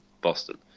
Boston